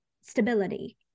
stability